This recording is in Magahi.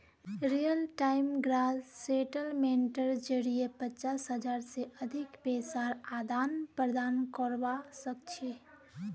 रियल टाइम ग्रॉस सेटलमेंटेर जरिये पचास हज़ार से अधिक पैसार आदान प्रदान करवा सक छी